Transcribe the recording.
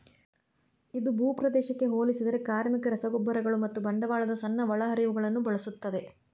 ಇದು ಭೂಪ್ರದೇಶಕ್ಕೆ ಹೋಲಿಸಿದರೆ ಕಾರ್ಮಿಕ, ರಸಗೊಬ್ಬರಗಳು ಮತ್ತು ಬಂಡವಾಳದ ಸಣ್ಣ ಒಳಹರಿವುಗಳನ್ನು ಬಳಸುತ್ತದೆ